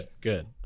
good